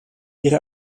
ihre